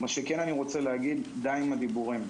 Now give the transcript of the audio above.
מה שכן אני רוצה להגיד די עם הדיבורים.